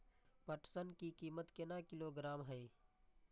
पटसन की कीमत केना किलोग्राम हय?